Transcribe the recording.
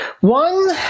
one